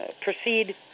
proceed